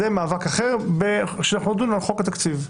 זה מאבק אחר כשאנחנו נדון בו בחוק התקציב,